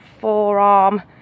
forearm